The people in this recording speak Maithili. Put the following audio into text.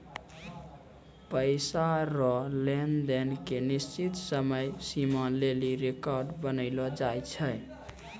पैसा रो लेन देन के निश्चित समय सीमा लेली रेकर्ड बनैलो जाय छै